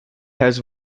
has